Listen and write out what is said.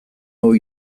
hau